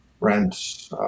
rents